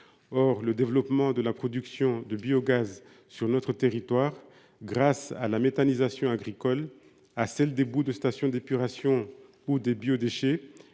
Or le développement de la production de biogaz sur notre territoire, grâce à la méthanisation agricole, à celle des boues de stations d’épuration ou des biodéchets,